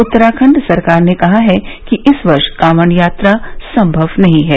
उत्तराखंड सरकार ने कहा है कि इस वर्ष कांवड़ यात्रा संभव नहीं है